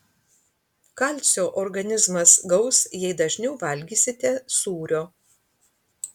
kalcio organizmas gaus jei dažniau valgysite sūrio